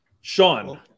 Sean